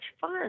fun